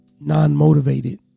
non-motivated